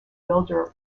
builder